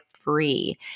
free